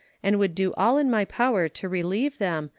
and would do all in my power to relieve them,